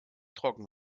trocken